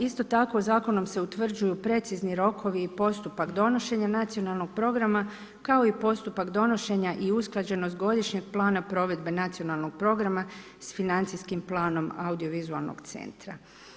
Isto tako zakonom se utvrđuje precizni rokovi i postupak donošenja nacionalnog programa kao i postupak donošenja i usklađenost godišnjeg plana provedbe nacionalnog programa s financijskim planom Audiovizualnog centra.